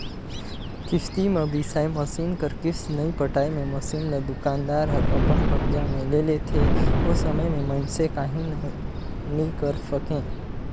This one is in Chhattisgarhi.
किस्ती म बिसाए मसीन कर किस्त नइ पटाए मे मसीन ल दुकानदार हर अपन कब्जा मे ले लेथे ओ समे में मइनसे काहीं नी करे सकें